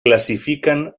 clasifican